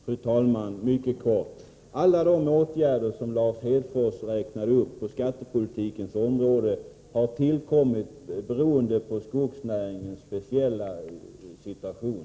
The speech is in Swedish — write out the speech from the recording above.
Fru talman! Jag skall fatta mig mycket kort. Alla de åtgärder på skattepolitikens område som Lars Hedfors räknade upp har tillkommit på grund av skogsnäringens speciella situation.